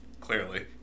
clearly